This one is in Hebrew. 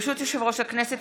ברשות יושב-ראש הכנסת,